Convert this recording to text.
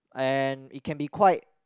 and it can be quite